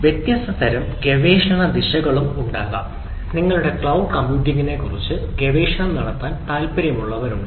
വ്യത്യസ്ത തരം ഗവേഷണ ദിശകളും ഉണ്ടാകാം നിങ്ങളിൽ ക്ലൌഡ് കമ്പ്യൂട്ടിംഗിനെക്കുറിച്ച് കുറച്ച് ഗവേഷണം നടത്താൻ താൽപ്പര്യമുള്ളവർ ഉണ്ടാകാം